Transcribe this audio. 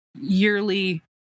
yearly